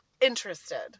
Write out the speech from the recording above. interested